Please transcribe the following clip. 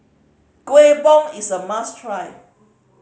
Kuih Bom is a must try